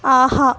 ஆஹா